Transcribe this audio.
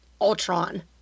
Ultron